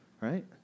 Right